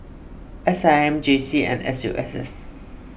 S I M J C and S U S S